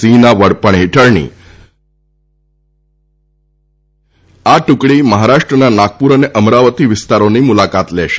સિંહના વડપણ હેઠળની આ ટુકડી મહારાષ્ટ્રના નાગપુર અને અમરાવતી વિસ્તારોની મુલાકાત લેશે